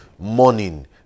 Morning